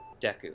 Deku